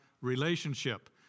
relationship